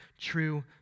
true